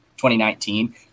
2019